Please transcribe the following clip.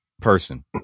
person